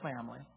family